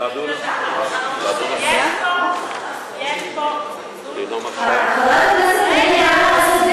יש פה זלזול, חברת הכנסת קארין אלהרר,